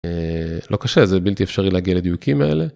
אהה…לא קשה זה בלתי אפשרי להגיע לדיוקים האלה.